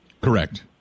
Correct